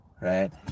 right